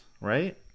Right